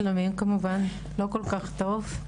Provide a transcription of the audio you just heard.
שלומי כמובן לא כל כך טוב,